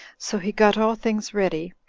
so he got all things ready,